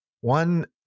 one